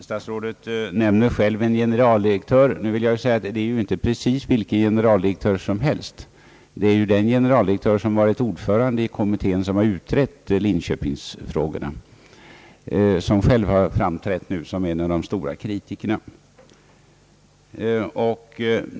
Statsrådet nämnde själv en generaldirektör — nu vill jag säga att det inte är precis vilken generaldirektör som helst, utan den generaldirektör som varit ordförande i den kommitté som har utrett frågorna om Linköping — som själv har framträtt såsom en av de stora kritikerna.